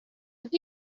have